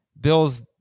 Bill's